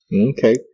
Okay